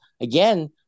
again